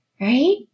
Right